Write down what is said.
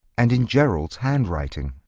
and in gerald's handwriting.